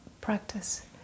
practice